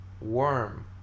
warm